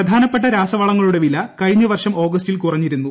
പ്രധാനപ്പെട്ട രാസവള ങ്ങളുടെ വില കഴിഞ്ഞ വർഷം ഓഗസ്റ്റിൽ കുറഞ്ഞിരുന്നു